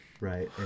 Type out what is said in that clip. Right